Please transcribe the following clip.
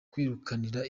kwikururira